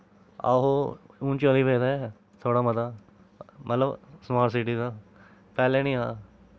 आहो हून चली पेदे थोह्ड़ा मता मतलव स्मार्ट सीटी दा पैह्ले नेहा